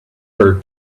her